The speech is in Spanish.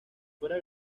fuera